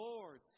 Lord